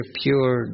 pure